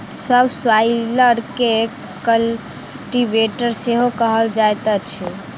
सब स्वाइलर के कल्टीवेटर सेहो कहल जाइत अछि